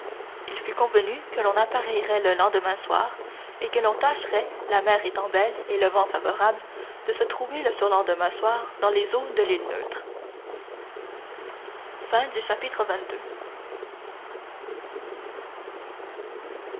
il fut convenu que l'on appareillerait le lendemain soir et que l'on tâcherait la mer étant belle et le vent favorable de se trouver le surlendemain soir dans les eaux de l'île neutre